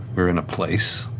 we're in a place,